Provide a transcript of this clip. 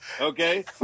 okay